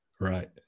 Right